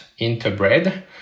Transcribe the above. interbred